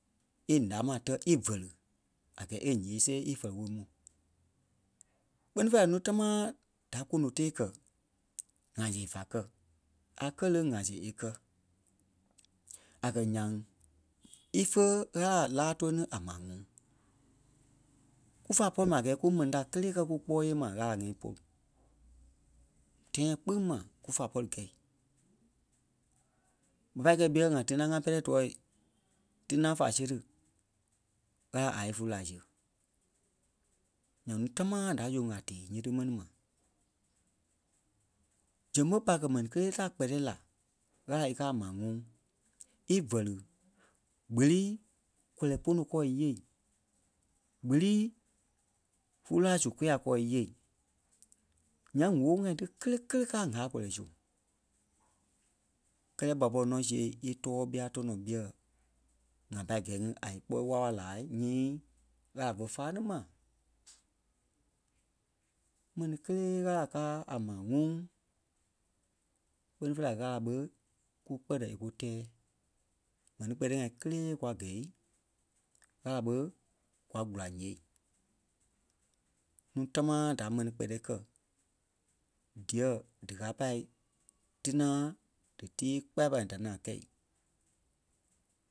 e ǹá maa tɛ́ é vɛ̀li a gɛɛ e nyee see ífɛli-wóo mu. Kpɛ́ni fêi la núu támaa da kono-tee kɛ̀ ŋaa-see fá kɛ̀. A kɛ́ léŋ ŋ̀aa-see e kɛ a kɛ̀ nyaŋ ífe Ɣâla láa tóli-ní a maa ŋuŋ. Kufa pɔri ma a gɛɛ kumɛni da kélee kɛ kúkpɔɔi nyêei ma Ɣâla ŋ̀ɛi pôlu. Tɛ̃ɛ kpîŋ mai kufa pɔri gɛ̂i. ɓa pâi kɛ̂i ɓîɛ ŋa tina ŋá pɛrɛ tɔɔ tina fá seri Ɣâla a ífulu-laa sîɣe. Nyaŋ núu támaa da yɔŋkaa tée nyiti mɛni ma. Zɛŋ ɓé ɓa kɛ̀ ḿɛnii kelee da kpɛtɛɛ la Ɣâla é kɛ́ a maa ŋuŋ í vɛli kpelii kɔlɔi pono kɔɔ íyee, kpelii fúlu-laa su kôyaa kɔɔ íyee. Nyaŋ wóo ŋa tí kelee kélee káa ŋâla-kɔlɔi su kɛlɛ ɓa pɔri nɔ́ see ítɔɔ ɓîa tɔnɔ ɓîɛ ŋa pâi gɛ̂i ŋí a íkpɔɔi wála-wala laai nyii Ɣâla fé fâa ní ma. Ḿɛnii kélee Ɣâla káa a maa ŋuŋ kpɛ́ni fêi la Ɣâla ɓé kukpɛtɛ e kú tɛ́ɛ. M̀ɛnii kpɛtɛ-ŋai kélee kwa gɛ̀i Ɣâla ɓé kwa kulaa ǹyêei. Núu támaa da mɛni kpɛtɛɛ kɛ̀ díyɛ̂ dí káa pâi tina dí tíi kpaya-kpaya da ní ŋai kɛ̂i